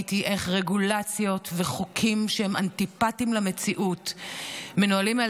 וראיתי איך רגולציות וחוקים שהם אנטיפתיים למציאות מנוהלים על